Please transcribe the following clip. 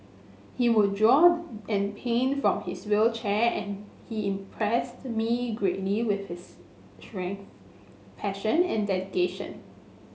he would draw and paint from his wheelchair and he impressed me greatly with his strength passion and dedication